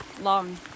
Long